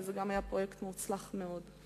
וזה גם היה פרויקט מוצלח מאוד.